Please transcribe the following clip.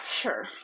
sure